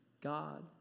God